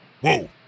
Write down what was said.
Whoa